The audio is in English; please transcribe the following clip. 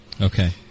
Okay